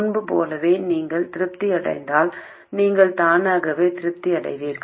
முன்பு போலவே நீங்கள் திருப்தி அடைந்தால் நீங்கள் தானாகவே திருப்தி அடைவீர்கள்